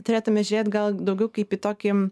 turėtume žiūrėt gal daugiau kaip į tokį